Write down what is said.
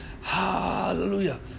hallelujah